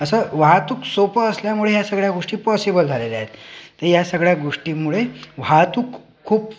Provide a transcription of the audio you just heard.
असं वाहतूक सोपं असल्यामुळे या सगळ्या गोष्टी पॉसिबल झालेल्या आहेत तर या सगळ्या गोष्टीमुळे वाहतूक खूप